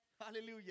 Hallelujah